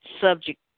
subject